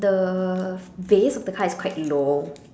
the base of the car is quite low